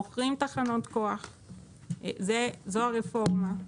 מוכרים תחנות כוח, זו הרפורמה.